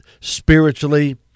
spiritually